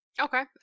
Okay